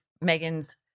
Megan's